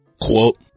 Quote